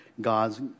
God's